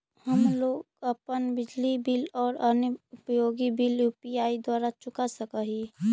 हम लोग अपन बिजली बिल और अन्य उपयोगि बिल यू.पी.आई द्वारा चुका सक ही